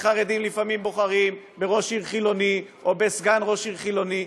וחרדים לפעמים בוחרים בראש עיר חילוני או בסגן ראש עיר חילוני.